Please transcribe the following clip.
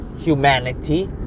humanity